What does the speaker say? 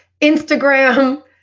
Instagram